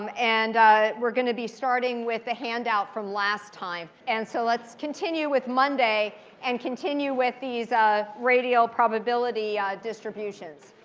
um and we're going to be starting with the handout from last time. and so let's continue with monday and continue with these ah radial probability distributions.